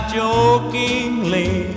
jokingly